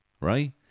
right